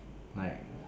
like